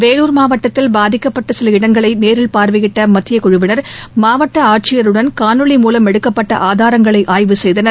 வேலூர் மாவட்டத்தில் பாதிக்கப்பட்ட சில இடங்களை நேரில் பார்வையிட்ட மத்திய குழுவினர் மாவட்ட ஆட்சியருடன் காணொலி மூலம் எடுக்கப்பட்ட ஆதாரங்களை ஆய்வு செய்தனர்